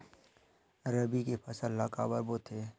रबी के फसल ला काबर बोथे?